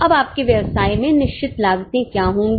अब आपके व्यवसाय में निश्चित लागते क्या होगी